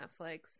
Netflix